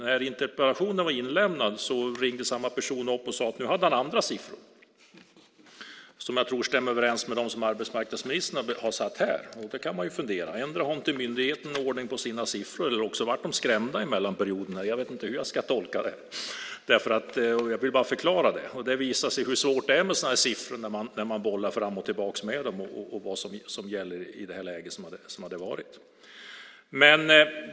När interpellationen var inlämnad ringde samma person upp och sade att han nu hade andra siffror, som jag tror stämmer överens med dem som arbetsmarknadsministern har uppgett här. Det kan man fundera på. Endera har inte myndigheten någon ordning på sina siffror, eller så blev de skrämda i mellanperioden. Jag vet inte hur jag ska tolka det. Jag vill bara förklara det. Det visar hur svårt det är med sådana siffror när man bollar fram och tillbaka med dem och vad som gäller i ett visst läge.